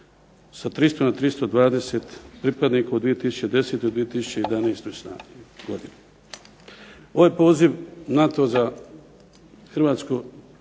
sa 300 na 320 pripadnika u 2010. i 2011. godini. Ovaj poziv NATO-a za